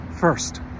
First